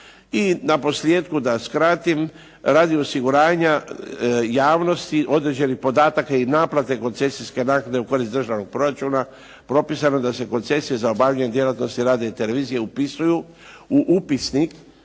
I na posljetku da skratim, radi osiguranja javnosti određenih podataka i naplate koncesijske naknade u korist državnog proračuna propisano je da se koncesije za obavljanje djelatnosti radija i televizije upisuju u upisnik